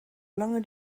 lange